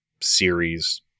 series